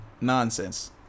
nonsense